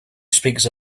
speaks